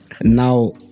Now